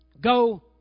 Go